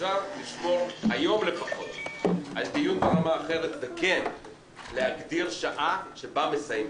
אפשר לשמור על דיון ברמה אחרת ולהגדיר שעה שבה מסיימים.